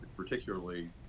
particularly